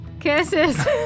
Kisses